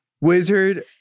Wizard